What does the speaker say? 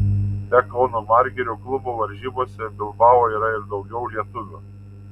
be kauno margirio klubo varžybose bilbao yra ir daugiau lietuvių